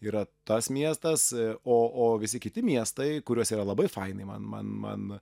yra tas miestas o o visi kiti miestai kuriuose yra labai fainai man man man